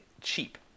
cheap